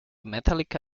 metallica